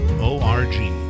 o-r-g